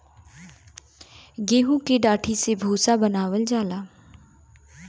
गेंहू की डाठी से भूसा बनावल जाला